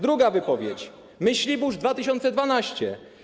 Druga wypowiedź: Myślibórz 2012.